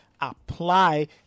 apply